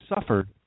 suffered